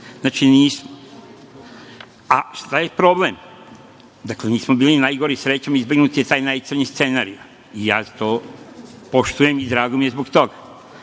Znači, nismo. Šta je problem? Nismo bili ni najgori, srećom, izbegnut je taj najcrnji scenario i ja to poštujem i drago mi je zbog toga. Ali,